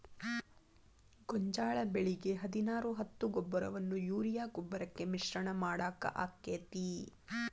ಗೋಂಜಾಳ ಬೆಳಿಗೆ ಹದಿನಾರು ಹತ್ತು ಗೊಬ್ಬರವನ್ನು ಯೂರಿಯಾ ಗೊಬ್ಬರಕ್ಕೆ ಮಿಶ್ರಣ ಮಾಡಾಕ ಆಕ್ಕೆತಿ?